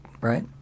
Right